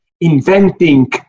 inventing